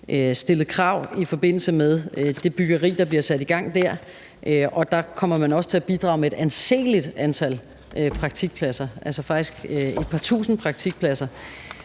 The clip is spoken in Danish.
stillet krav i forbindelse med det byggeri, der bliver sat i gang dér, og der kommer man også til at bidrage med et anseligt antal praktikpladser – faktisk et par tusind praktikpladser.